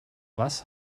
was